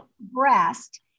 breast